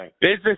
Business